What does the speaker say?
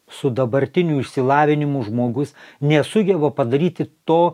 su dabartiniu išsilavinimu žmogus nesugeba padaryti to